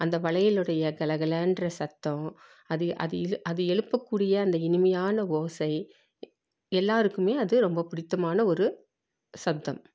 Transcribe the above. அந்த வளையலுடைய கலகலகிற சத்தம் அது அது இலு அது எழுப்பக்கூடிய அந்த இனிமையான ஓசை எல்லாேருக்குமே அது ரொம்ப பிடித்தமான ஒரு சப்தம்